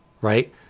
right